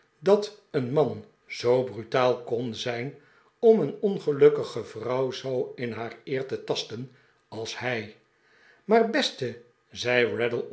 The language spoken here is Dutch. dat een man zoo brutaal kon zijn om een ongelukkige vrouw zoo in haar eer te tasten als hij maar beste zei